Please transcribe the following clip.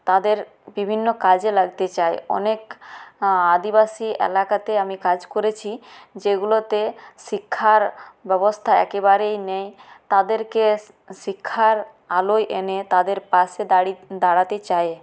তাদের বিভিন্ন কাজে লাগতে চাই অনেক আদিবাসী এলাকাতে আমি কাজ করেছি যেগুলোতে শিক্ষার ব্যবস্থা একেবারেই নেই তাদেরকে শিক্ষার আলোয় এনে তাদের পাশে দাঁড়াতে চাই